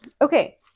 Okay